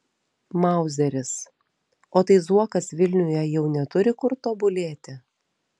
mauzeris o tai zuokas vilniuje jau neturi kur tobulėti